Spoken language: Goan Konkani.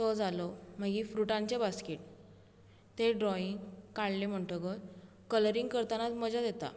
तो जालो मागीर फ्रुटांचे बैस्किट ते ड्रॉइंग काडले म्हणटकूत कलरींग करताना मजात येता